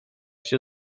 się